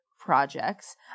projects